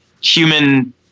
human